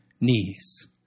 knees